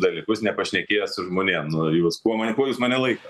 dalykus nepašnekėjęs su žmonėm nu jūs kuo ma kuo jūs mane laikot